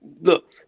look